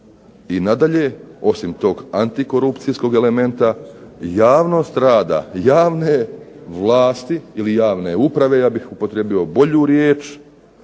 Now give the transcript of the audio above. i nadalje osim tog antikorupcijskog elementa, javnost rada javne vlasti ili javne uprave ja bih upotrijebio bolju riječ